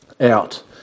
out